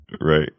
right